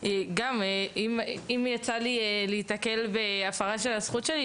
גם אם יצא לי להיתקל בהפרה מסוימת של הזכות שלי,